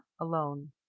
alone